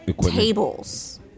tables